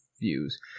views